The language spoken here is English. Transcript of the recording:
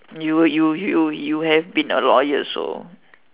you you you you have been a lawyer so